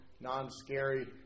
non-scary